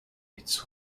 its